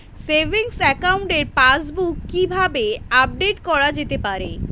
Savings একাউন্টের passbook কি কিভাবে আপডেট করা যেতে পারে?